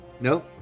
No